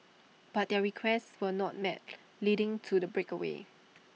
but their requests were not met leading to the breakaway